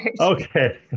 Okay